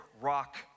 rock